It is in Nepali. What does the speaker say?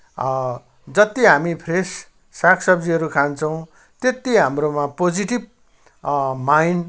जति हामी फ्रेस सागसब्जीहरू खान्छौँ त्यति हाम्रोमा पोजेटिभ माइन्ड